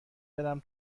برم